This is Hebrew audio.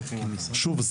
שוב,